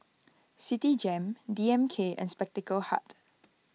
Citigem D M K and Spectacle Hut